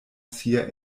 sia